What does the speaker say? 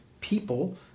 people